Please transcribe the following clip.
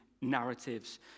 narratives